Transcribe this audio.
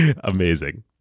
Amazing